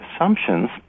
assumptions